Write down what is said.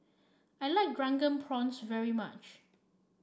I like drunken very much